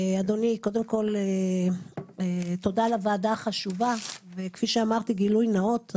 אדוני קודם כל תודה לוועדה החשובה וכפי שאמרתי גילוי נאות,